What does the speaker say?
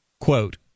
Quote